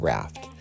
Raft